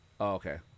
okay